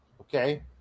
Okay